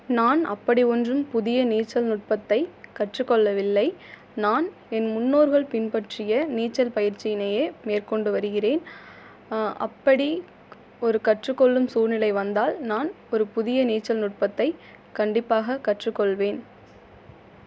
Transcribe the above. நான் அப்படி ஒன்றும் புதிய நீச்சல் நுட்பத்தைக் கற்றுக்கொள்ளவில்லை நான் என் முன்னோர்கள் பின்பற்றிய நீச்சல் பயிற்சியினையே மேற்கொண்டு வருகிறேன் அப்படி ஒரு கற்றுக்கொள்ளும் சூழ்நிலை வந்தால் நான் ஒரு புதிய நீச்சல் நுட்பத்தைக் கண்டிப்பாகக் கற்றுக்கொள்வேன்